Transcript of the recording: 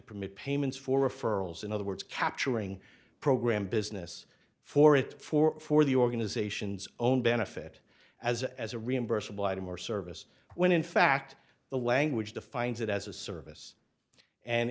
permit payments for referrals in other words capturing program business for it for for the organizations own benefit as as a reimbursable item or service when in fact the language defines it as a service and